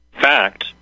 fact